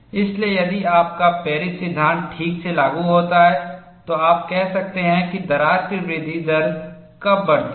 इसलिए यदि आपका पेरिस सिद्धांत ठीक से लागू होता है तो आप कह सकते हैं कि दरार की वृद्धि दर कब बढ़ती है